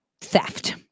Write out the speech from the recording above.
Theft